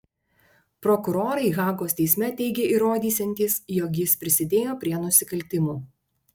prokurorai hagos teisme teigė įrodysiantys jog jis prisidėjo prie nusikaltimų